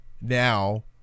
Now